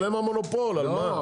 אבל הם המונופול, על מה?